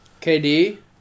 KD